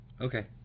Okay